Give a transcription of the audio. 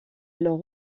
alors